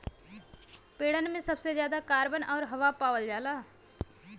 पेड़न में सबसे जादा कार्बन आउर हवा पावल जाला